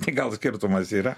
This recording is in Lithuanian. tai gal skirtumas yra